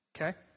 Okay